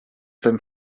beim